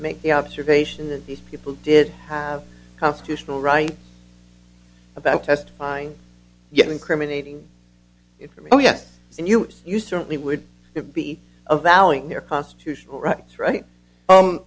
make the observation that these people did have constitutional right about testifying yet incriminating oh yes and you you certainly would be of value your constitutional rights right